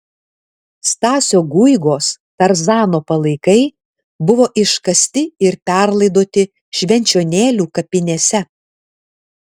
stasio guigos tarzano palaikai buvo iškasti ir perlaidoti švenčionėlių kapinėse